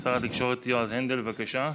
שר התקשורת יועז הנדל, בבקשה.